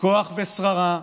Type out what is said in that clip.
כוח ושררה,